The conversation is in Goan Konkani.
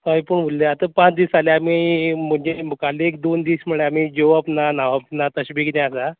हय पूण उल्ल्या आतां पांच दिस जालें आमी मदले मुखाल्ले एक दोन दीस म्हळ्यार आमी जेवप ना न्हावप ना तशें बी कितें आसा